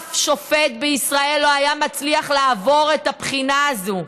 אף שופט בישראל לא היה מצליח לעבור את הבחינה הזאת.